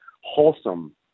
wholesome